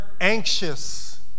anxious